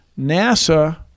NASA